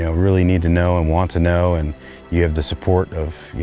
ah really need to know and want to know and you have the support of, you